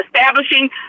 establishing